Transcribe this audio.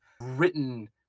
written